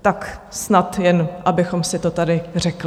Tak snad jen abychom si to tady řekli.